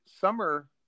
summer